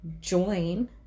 join